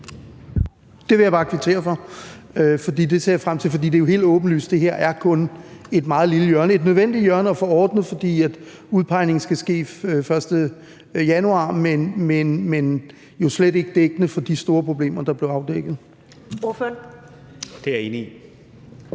Det vil jeg bare kvittere for. Det ser jeg frem til, for det er jo helt åbenlyst, at det her kun er et meget lille, men nødvendigt hjørne at få ordnet, fordi udpegningen skal ske den 1. januar. Men det er jo slet ikke er dækkende i forhold til de store problemer, der blev afdækket Kl. 11:24 Første